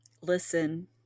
listen